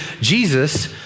Jesus